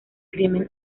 crimen